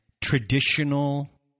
traditional